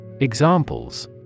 Examples